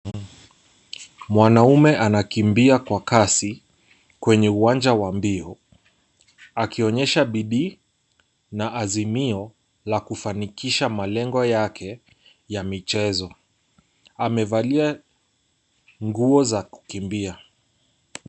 Mwanaume anakimbia kwa kazi kwenye uwanja wa mbio akionyesha bidii na azimio la kufanikisha malengo yake ya michezo. Amevalia nguo za kukimbia.